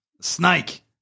Snake